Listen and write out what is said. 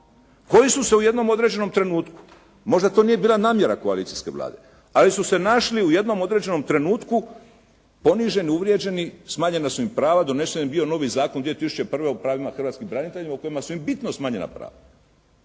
koji su se u jednom određenom trenutku, možda to nije bila namjera koalicijske Vlade, ali su se našli u jednom određenom trenutku poniženi, uvrijeđeni, smanjena su im prava, donesen je bio novi zakon 2001. o pravima hrvatskim braniteljima u kojima su im bitno smanjena prava.